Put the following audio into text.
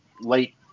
late